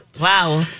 Wow